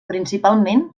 principalment